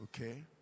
Okay